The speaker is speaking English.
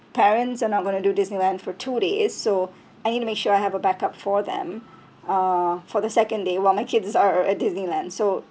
parents are not going to do disneyland for two days so I need to make sure I have a backup for them uh for the second day while my kids are at disneyland so